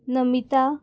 Namita